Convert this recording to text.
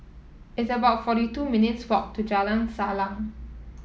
it's about forty two minutes' walk to Jalan Salang